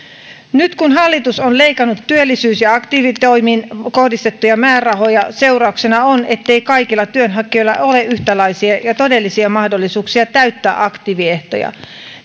nyt kun hallitus on leikannut työllisyys ja aktiivitoimiin kohdistettuja määrärahoja seurauksena on ettei kaikilla työnhakijoilla ole yhtäläisiä ja todellisia mahdollisuuksia täyttää aktiiviehtoja